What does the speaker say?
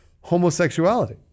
homosexuality